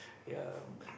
ya